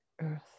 Earth